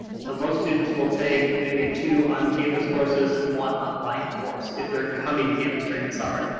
so most students will take maybe two on-campus courses and one online course if they're coming to campus during the summer.